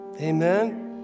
amen